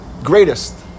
greatest